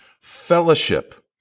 fellowship